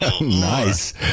Nice